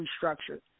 restructured